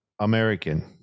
American